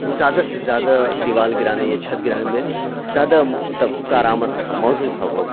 زیادہ سے زیادہ دیوال گرانے یا چھت گرانے میں زیادہ کارآمد تھا موزوں تھا وہ